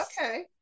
Okay